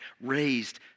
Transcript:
raised